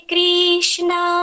Krishna